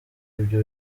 ibyo